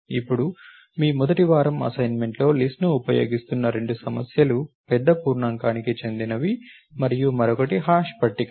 ఇప్పుడు మీ మొదటి వారం అసైన్మెంట్లలో లిస్ట్ ను ఉపయోగిస్తున్న రెండు సమస్యలు పెద్ద పూర్ణాంకానికి చెందినవి మరియు మరొకటి హాష్ పట్టికలు